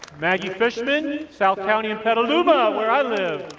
maggie fishman, south county and petaluma, where i live.